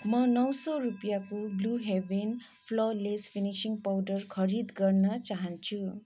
म नौ सौ रुपियाँको Blue Heaven flawless finishing powder खरिद गर्न चाहान्छु